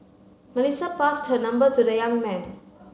Melissa passed her number to the young man